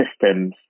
systems